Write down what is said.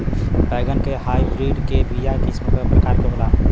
बैगन के हाइब्रिड के बीया किस्म क प्रकार के होला?